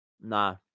Nah